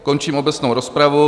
Končím obecnou rozpravu.